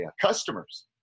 customers